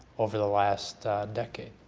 over the last decade.